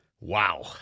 wow